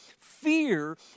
Fear